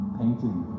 painting